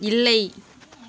இல்லை